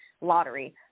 lottery